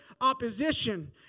opposition